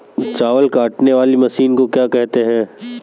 चावल काटने वाली मशीन को क्या कहते हैं?